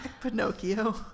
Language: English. Pinocchio